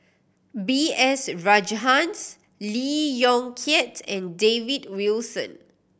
B S Rajhans Lee Yong Kiat and David Wilson